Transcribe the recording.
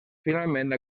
finalment